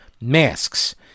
masks